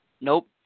Nope